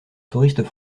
touristes